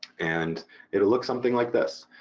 and it'll look something like this.